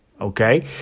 Okay